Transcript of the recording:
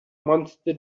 monster